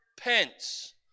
pence